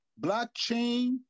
blockchain